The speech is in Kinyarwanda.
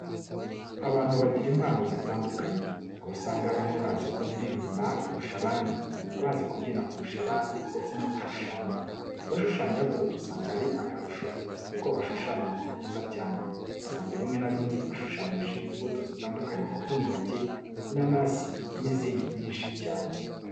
Abantu bagira impano zitandukanye, aho usanga bamwe bazi kuririmba kurusha abandi, abazi kubyina kurusha abandi ndetse no gushushanya. Abashushanya bo usanga ari akarusho kuko bashushanya ibintu byiza cyane. Usanga rimwe na rimwe bashushanyije imbuto zitandukanye nk'imineke, inanasi n'izindi nyinshi cyane.